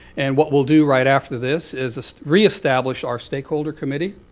and what we'll do right after this is is reestablish our stakeholder committee